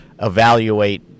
evaluate